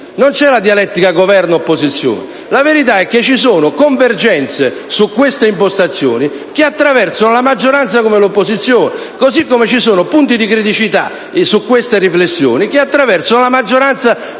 né una dialettica Governo-opposizione. La verità è che esistono convergenze su talune impostazioni che attraversano la maggioranza come l'opposizione, così come esistono punti di criticità sulle medesime riflessioni che attraversano tanto la maggioranza